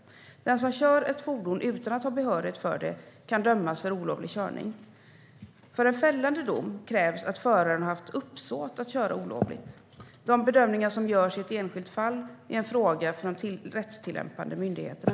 Den som kör ett fordon utan att ha behörighet för det kan dömas för olovlig körning. För en fällande dom krävs att föraren har haft uppsåt att köra olovligt. De bedömningar som görs i ett enskilt fall är en fråga för de rättstillämpande myndigheterna.